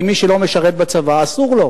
כי מי שלא משרת בצבא אסור לו